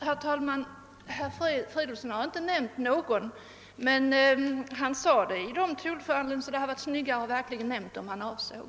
Herr talman! Herr Fridolfsson i Stockholm har inte nämnt någon. Men hans tonfall var sådant att det faktiskt varit snyggare om han verkligen nämnt dem han avsåg.